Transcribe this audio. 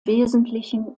wesentlichen